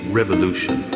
revolution